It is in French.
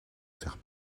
faire